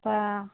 অঁ